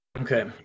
Okay